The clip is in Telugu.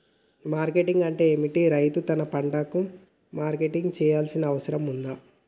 మార్కెటింగ్ అంటే ఏమిటి? రైతు తన పంటలకు మార్కెటింగ్ చేయాల్సిన అవసరం ఉందా?